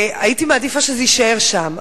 הייתי מעדיפה שזה יישאר שם.